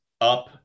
up